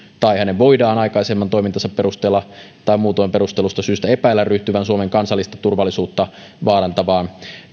tai hänen voidaan aikaisemman toimintansa perusteella tai muutoin perustellusta syystä epäillä ryhtyvän suomen kansallista turvallisuutta vaarantavaan